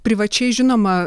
privačiai žinoma